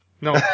No